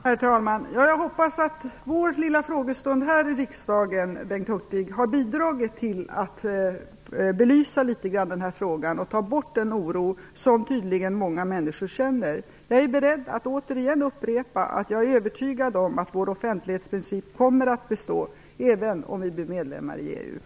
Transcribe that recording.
Herr talman! Jag hoppas, Bengt Hurtig, att vår lilla frågestund i riksdagen har bidragit till att belysa denna fråga och att ta bort den oro som många människor tydligen känner. Jag är beredd att återigen upprepa att jag är övertygad om att vår offentlighetsprincip kommer att bestå även om